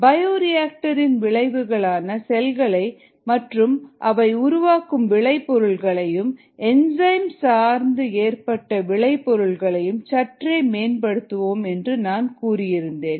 bioreactor இன் விளைவுகளான செல்கள் மற்றும் அவை உருவாக்கும் விளை பொருள்களையும் என்சைம் சார்ந்து ஏற்பட்ட விளை பொருள்களையும் சற்றே மேம்படுத்துவோம் என்று நான் கூறியிருந்தேன்